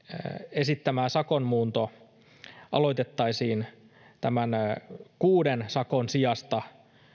esittämä sakonmuunto aloitettaisiin tämän kuuden sakon sijasta